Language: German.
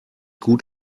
gut